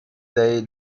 lay